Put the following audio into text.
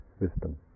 wisdom